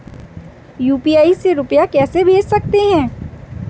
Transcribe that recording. UPI से रुपया कैसे भेज सकते हैं?